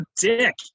dick